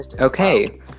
Okay